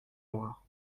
noirs